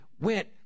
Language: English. went